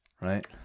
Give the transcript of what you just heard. right